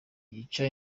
yica